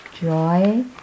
joy